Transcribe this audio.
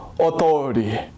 Authority